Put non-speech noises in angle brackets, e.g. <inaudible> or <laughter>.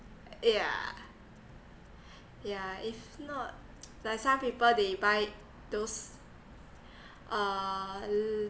yeah yeah if not <noise> like some people they buy those uh